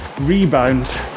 rebound